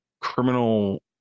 criminal